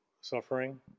suffering